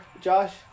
Josh